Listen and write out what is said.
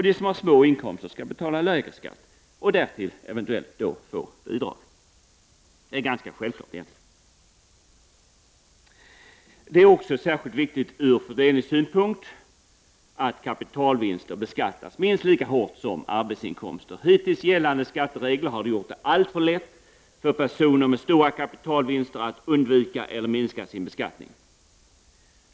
De som har små inkomster skall betala lägre skatter och dessutom ha rätt till eventuella bidrag. Det är egentligen ganska självklart. Vidare är det särskilt viktigt ur fördelningssynpunkt att kapitalvinster beskattas minst lika hårt som arbetsinkomster. Hittills gällande skatteregler har gjort det alltför lätt för personer som har stora käpitalvinster att undvika beskattning eller att minska sin beskattning.